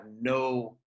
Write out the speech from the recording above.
no